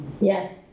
Yes